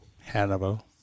Hannibal